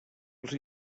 els